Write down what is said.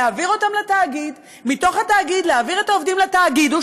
להעביר אותם לתאגיד,